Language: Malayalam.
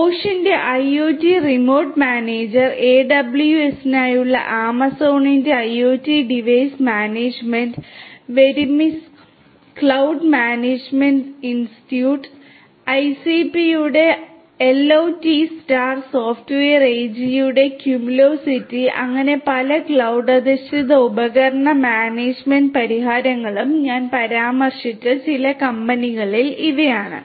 ബോഷിന്റെ IoT റിമോട്ട് മാനേജർ AWS നായുള്ള ആമസോണിന്റെ IoT ഡിവൈസ് മാനേജ്മെന്റ് വെരിസ്മിക്സ് ക്ലൌഡ് മാനേജ്മെന്റ് സ്യൂട്ട് അങ്ങനെ പല ക്ലൌഡ് അധിഷ്ഠിത ഉപകരണ മാനേജുമെന്റ് പരിഹാരങ്ങളും ഞാൻ പരാമർശിച്ച ചില കമ്പനികൾ ഇവയാണ്